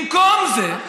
במקום זה,